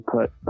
put